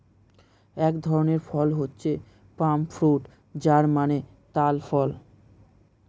এক ধরনের ফল হচ্ছে পাম ফ্রুট যার মানে তাল ফল